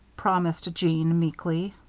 promised jeanne, meekly.